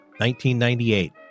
1998